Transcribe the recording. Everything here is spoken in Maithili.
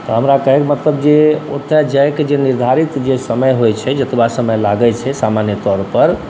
तऽ हमरा कहैके मतलब जे ओतऽ जाइके जे निर्धारित जे समय होइ छै जतबा समय लागै छै सामान्य तौरपर